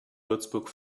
würzburg